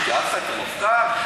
לא התייעצת עם המפכ"ל?